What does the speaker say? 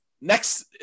next